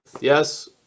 Yes